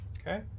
Okay